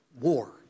war